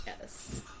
Yes